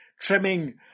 trimming